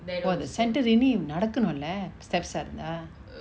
oh the santorini நடக்கனுல:nadakanula steps ah இருந்தா:iruntha